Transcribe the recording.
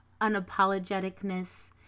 unapologeticness